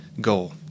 goal